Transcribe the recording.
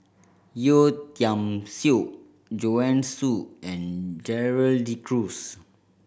Yeo Tiam Siew Joanne Soo and Gerald De Cruz